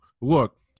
look